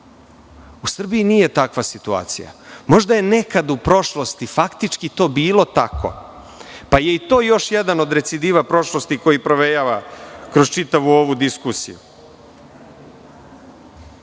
Srbiji nije takva situacija. Možda je nekad u prošlosti faktički to bilo tako, pa je to još jedan od recidiva prošlosti koji provejava kroz čitavu ovu diskusiju.